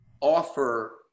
offer